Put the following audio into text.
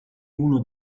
uno